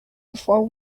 before